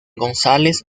gonzález